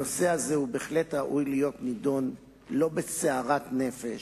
הנושא הזה בהחלט ראוי להיות נדון, לא בסערת נפש,